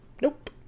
nope